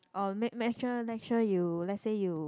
oh make make sure you let's say you